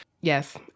yes